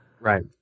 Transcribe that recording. Right